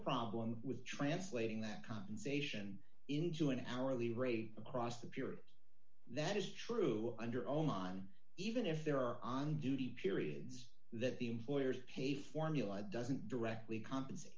problem with translating that compensation into an hourly rate across the period that is true under oman even if there are on duty periods that the employers pay formula doesn't directly compensate